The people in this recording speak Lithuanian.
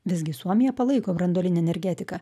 visgi suomija palaiko branduolinę energetiką